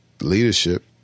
leadership